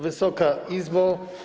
Wysoka Izbo!